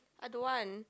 I don't want